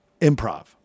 improv